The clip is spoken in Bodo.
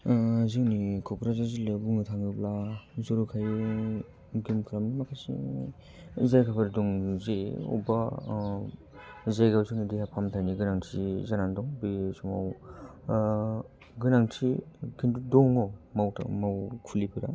जोंनि कक्राझार जिल्लायाव बुंनो थाङोब्ला जरखायै गोहोम खालामो माखासे जायगाफोर दं जे बबेबा जायगायाव जोंङो देहा फाहामथायनि गोनांथि जानानै दं बे समाव गोनांथि खिन्थु दङ मावखुलि फोरा